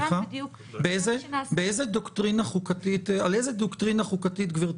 זה יצא בחוזר ללשכות הפרטיות המורשות שעוסקות בתחום ופורסם באתר